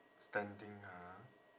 standing ha